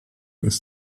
ist